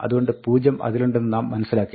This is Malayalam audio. അതുകൊണ്ട് 0 അതിലുണ്ടെന്ന് നാം മനസ്സിലാക്കി